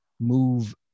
move